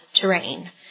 terrain